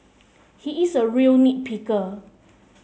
he is a real nit picker